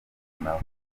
nawe